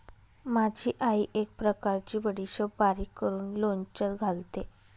माझी आई एक प्रकारची बडीशेप बारीक करून लोणच्यात घालते